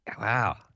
Wow